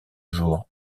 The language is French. jours